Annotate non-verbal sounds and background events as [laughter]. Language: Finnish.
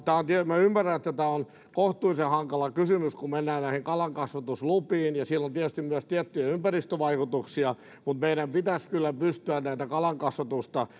minä ymmärrän että tämä on kohtuullisen hankala kysymys kun mennään näihin kalankasvatuslupiin ja siinä on tietysti myös tiettyjä ympäristövaikutuksia mutta meidän pitäisi kyllä pystyä kalankasvatusta [unintelligible]